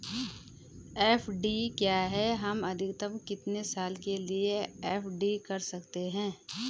FD क्या है हम अधिकतम कितने साल के लिए एफ.डी कर सकते हैं?